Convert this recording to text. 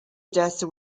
odessa